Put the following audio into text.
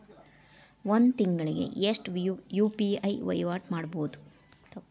ಒಂದ್ ತಿಂಗಳಿಗೆ ಎಷ್ಟ ಯು.ಪಿ.ಐ ವಹಿವಾಟ ಮಾಡಬೋದು?